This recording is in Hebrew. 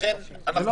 לכן, בואו נמזג את זה.